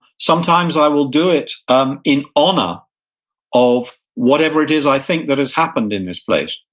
sometimes i will do it um in honor of whatever it is i think that has happened in this place.